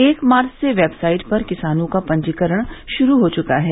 एक मार्च से वेबसाइट पर किसानों का पंजीकरण श्रू हो चुका है